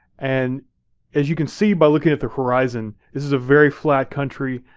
and as you can see by looking at the horizon, this is a very flat country.